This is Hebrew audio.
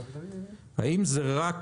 האם אלה רק